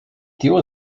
deal